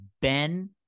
Ben